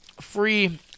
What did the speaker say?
free